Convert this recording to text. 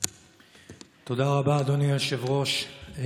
תודה רבה, אדוני היושב-ראש.